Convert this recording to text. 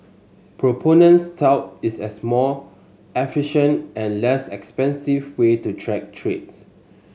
proponents tout it as a more efficient and less expensive way to track trades